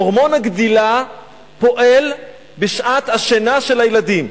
הורמון הגדילה פועל בשעת השינה של הילדים.